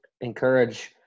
encourage –